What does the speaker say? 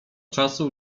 czasu